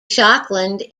schokland